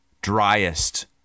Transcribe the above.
driest